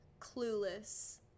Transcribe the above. Clueless